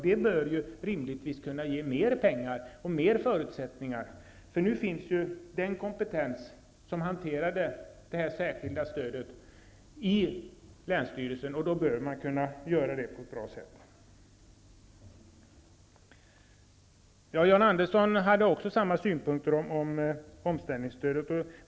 Det bör rimligtvis kunna ge mer pengar och större förutsättningar, för de som har den speciella kompetensen och hanterar det särskilda stödet finns i länsstyrelsen, och hanteringen bör kunna ske på ett bra sätt. John Andersson hade samma synpunkter som Åke Selberg på omställningsstödet.